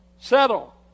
Settle